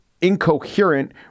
incoherent